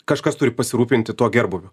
kažkas turi pasirūpinti tuo gerbūviu